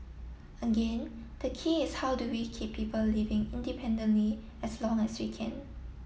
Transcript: again the key is how do we keep people living independently as long as we can